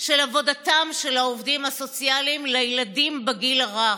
עבודתם של העובדים הסוציאליים לילדים בגיל הרך.